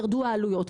שלסופר ירדו העלויות.